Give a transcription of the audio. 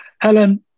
Helen